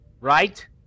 Right